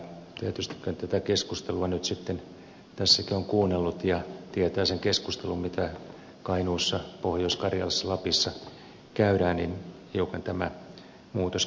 tietysti kun tätä keskustelua nyt sitten tässäkin on kuunnellut ja tietää sen keskustelun mitä kainuussa pohjois karjalassa lapissa käydään niin hiukan tämä muutos kaiken kaikkiaan kyllä sitten hämmentää